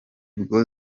bwo